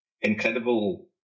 incredible